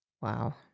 wow